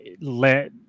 let